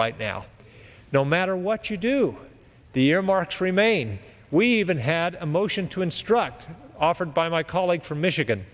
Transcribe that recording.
right now no matter what you do the earmarks remain we even had a motion to instruct offered by my colleague from michigan